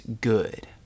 good